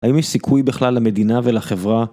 האם יש סיכוי בכלל למדינה ולחברה?